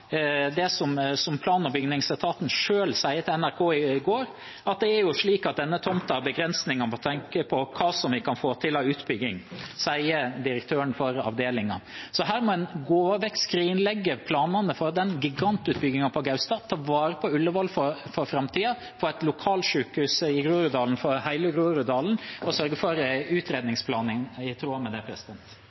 NRK i går: «Det er slik at denne tomten har begrensninger med tanke på hva vi kan få til av utbygging.» Så her må en både skrinlegge planene for gigantutbyggingen på Gaustad, ta vare på Ullevål for framtiden, få et lokalsykehus i Groruddalen for hele Groruddalen og sørge for utredningsplanlegging i tråd med det.